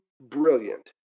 brilliant